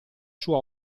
sua